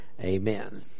Amen